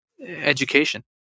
Education